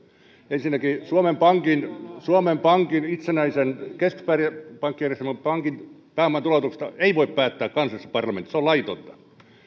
ensinnäkin suomen pankin suomen pankin itsenäisen keskuspankkijärjestelmän pankin pääoman tuloutuksesta ei voi päättää kansallisessa parlamentissa se on laitonta